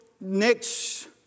next